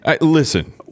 listen